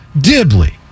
Dibley